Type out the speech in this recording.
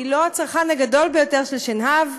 היא לא הצרכן הגדול ביותר של שנהב.